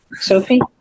Sophie